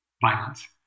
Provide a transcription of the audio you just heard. violence